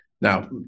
Now